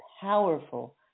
powerful